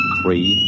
three